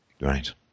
Right